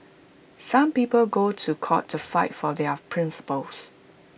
some people go to court to fight for their principles